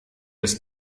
des